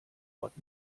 ort